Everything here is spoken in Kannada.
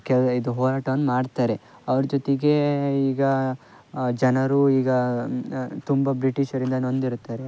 ಕೆಲ ಇದು ಹೋರಾಟವನ್ನು ಮಾಡ್ತಾರೆ ಅವ್ರ ಜೊತೆಗೇ ಈಗ ಜನರು ಈಗ ತುಂಬ ಬ್ರಿಟಿಷರಿಂದ ನೊಂದಿರುತ್ತಾರೆ